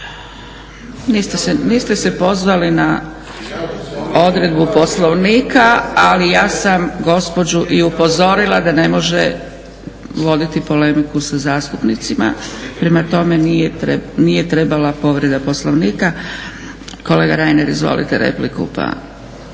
Niste se pozvali na odredbu Poslovnika, ali ja sam gospođu i upozorila da ne može voditi polemiku sa zastupnicima prema tome nije trebala povreda Poslovnika. Kolega Reiner izvolite repliku.